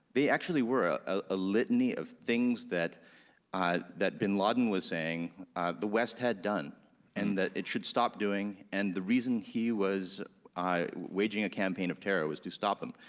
they actually were ah ah a litany of things that ah that bin laden was saying the west had done and that it should stop doing, and the reason he was waging a campaign of terror was to stop them,